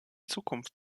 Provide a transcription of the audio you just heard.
zukunft